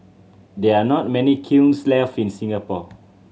there are not many kilns left in Singapore